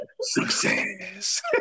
success